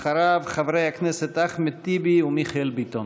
אחריו, חברי הכנסת אחמד טיבי ומיכאל ביטון.